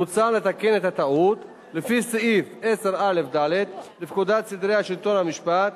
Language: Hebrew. מוצע לתקן את הטעות לפי סעיף 10א(ד) לפקודת סדרי השלטון והמשפט,